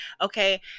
okay